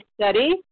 study